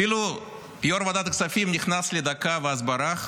אפילו יו"ר ועדת הכספים נכנס לדקה ואז ברח,